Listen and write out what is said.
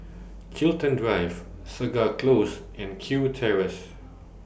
Chiltern Drive Segar Close and Kew Terrace